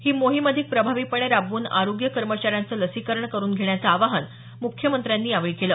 ही मोहीम अधिक प्रभावीपणे राबवून आरोग्य कर्मचाऱ्यांचं लसीकरण करुन घेण्याचं आवाहन मुख्यमंत्र्यांनी यावेळी केलं